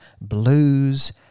blues